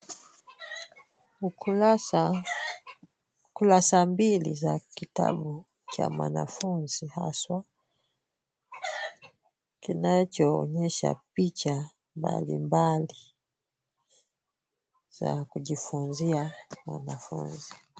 Kurasa mbili za kitabu cha mwanafunzi haswa, kinachoonyesha picha mbalimbali za kujifunzia wanafunzi.